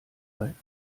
ein